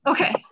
Okay